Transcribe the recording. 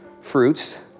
fruits